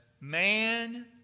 man